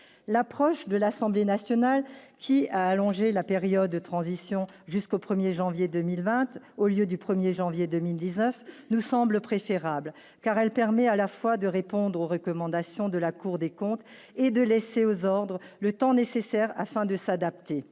l'approche de l'Assemblée nationale qui a allongé la période de transition jusqu'au 1er janvier 2020 au lieu du 1er janvier 2019 nous semble préférable car elle permet à la fois de répondre aux recommandations de la Cour des comptes et de laisser aux ordres, le temps nécessaire afin de s'adapter,